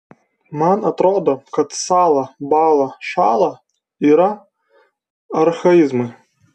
man atrodo kad sąla bąla šąla yra archaizmai